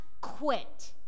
quit